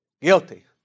Guilty